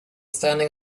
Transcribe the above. standing